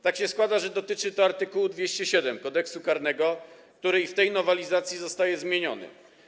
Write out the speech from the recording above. Tak się składa, że dotyczy to art. 207 Kodeksu karnego, który i w tej nowelizacji zostaje zmieniony.